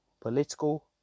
political